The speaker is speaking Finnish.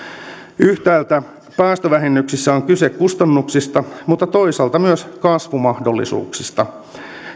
yhtäältä päästövähennyksissä on kyse kustannuksista mutta toisaalta myös kasvumahdollisuuksista